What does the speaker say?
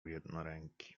jednoręki